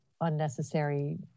unnecessary